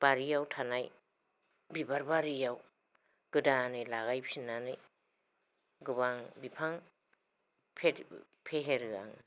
बारियाव थानाय बिबारबारियाव गोदानै लागायफिननानै गोबां बिफां फेहेरो आङो